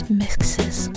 mixes